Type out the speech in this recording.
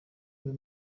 uyu